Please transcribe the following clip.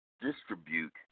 distribute